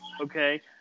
okay